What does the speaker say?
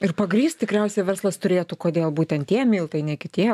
ir pagrįst tikriausiai verslas turėtų kodėl būtent tie miltai ne kitie